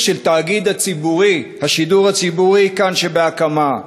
של תאגיד השידור הציבורי "כאן" שבהקמה,